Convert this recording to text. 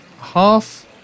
half